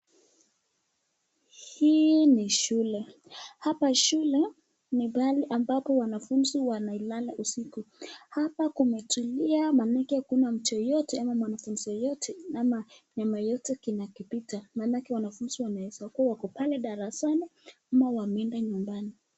Hii ni shule, hapa shule ni pahali ambapo wanafunzi wanalala usiku, hapa kumetulia maanake hakuna mtu yeyote ama mwanafunzi yeyote ama mnyama yeyote kinachopita maanake wanafunzi wanaeza kuwa wako pale darasani ama wameenda nyumbani.